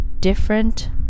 different